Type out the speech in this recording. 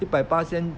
一百巴仙